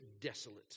desolate